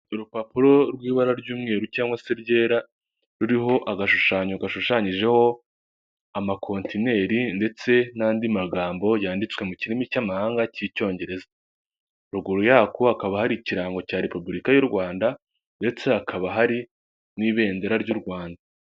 Urupapuro rw'ibara ry'umweru cyangwa se ryera ruriho agashushanyo gashushanyijeho amakontineri ndetse n'andi magambo yanditswe mu kirimi cy'amahanga k'icyongereza, ruguru yako hakaba hari ikirango cya repubulika y'u Rwanda ndetse hakaba hari n'ibendera ry'u Rwanda.